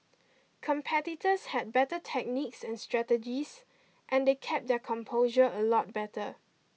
competitors had better techniques and strategies and they kept their composure a lot better